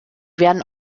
werden